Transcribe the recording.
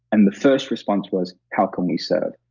and the first response was how can we serve?